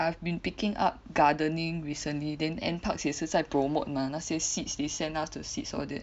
I have been picking up gardening recently then Nparks 也是在 promote mah 那些 seeds they sent us the seeds all that